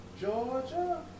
Georgia